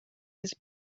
his